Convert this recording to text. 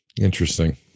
Interesting